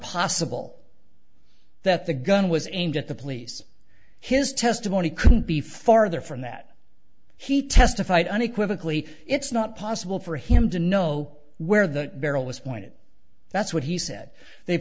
possible that the gun was aimed at the police his testimony couldn't be farther from that he testified unequivocally it's not possible for him to know where the barrel was pointed that's what he said they